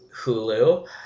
Hulu